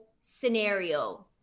scenario